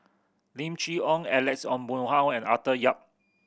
Lim Chee Onn Alex Ong Boon Hau and Arthur Yap